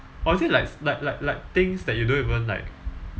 or is it like like like like things that you don't even like